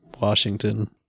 Washington